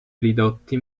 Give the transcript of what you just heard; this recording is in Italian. ridotti